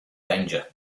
danger